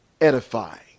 edifying